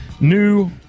new